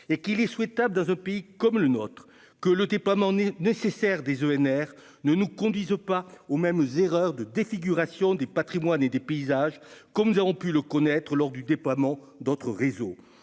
et qu'il est souhaitable dans un pays comme le nôtre que le déploiement nécessaire des ENR ne nous conduisent pas aux mêmes erreurs de défiguration des patrimoines et des paysages comme nous avons pu le connaître lors du déploiement d'autres réseaux,